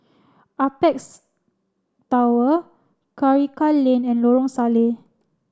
Apex Tower Karikal Lane and Lorong Salleh